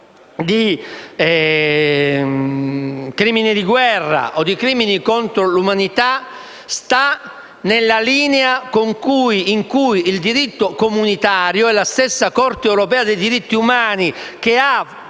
dal diritto comunitario e dalla stessa Corte europea dei diritti umani, che ha